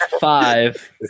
five